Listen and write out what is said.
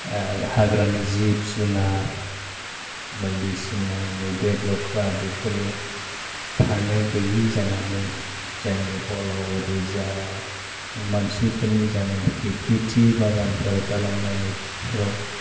हाग्रानि जिब जुनार बायदिसिना मैदेर लख्रा बेफोरो थानो गैयि जानानै जायनि फलाव ओरैजा मानसिफोरनि जानोखि खेथि बागानफोर खालामनायफोराव